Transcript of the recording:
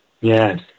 Yes